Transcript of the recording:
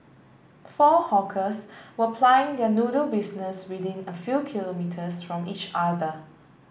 four hawkers were plying their noodle business within a few kilometres from each other